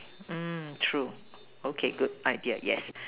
um true okay good idea yes